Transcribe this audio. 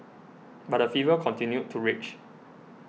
but the fever continued to rage